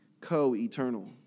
co-eternal